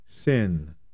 sin